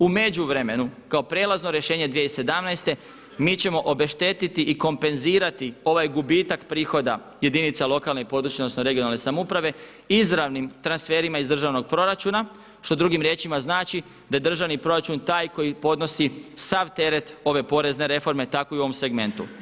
U međuvremenu kao prijelazno rješenje 2017. mi ćemo obeštetiti i kompenzirati ovaj gubitak prihoda jedinica lokalne i područne odnosno regionalne samouprave izravnim transferima iz državnog proračuna što drugim riječima znači da je državni proračun taj koji podnosi sav teret ove porezne reforme tako i u ovom segmentu.